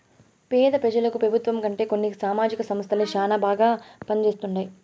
పేద పెజలకు పెబుత్వం కంటే కొన్ని సామాజిక సంస్థలే శానా బాగా పంజేస్తండాయి